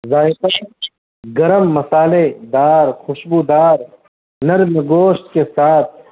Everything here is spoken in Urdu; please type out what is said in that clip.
ذائقہ گرم مصالحے دار خوشبو دار نرم گوشت کے ساتھ